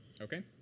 Okay